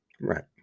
Right